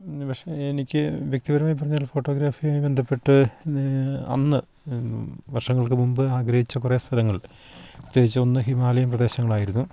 പക്ഷേ എനിക്ക് വ്യക്തിപരമായി പറഞ്ഞാൽ ഫോട്ടോഗ്രാഫിയുമായി ബന്ധപ്പെട്ട് അന്ന് വർഷങ്ങൾക്കു മുമ്പ് ആഗ്രഹിച്ച കുറേ സ്ഥലങ്ങൾ പ്രത്യേകിച്ചു ഒന്ന് ഹിമാലയൻ പ്രദേശങ്ങളായിരുന്നു